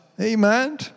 Amen